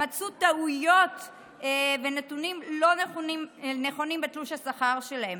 מצאו טעויות ונתונים לא נכונים בתלוש השכר שלהם.